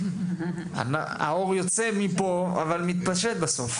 האור יוצא מכאן אבל מתפשט בסוף.